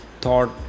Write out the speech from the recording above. thought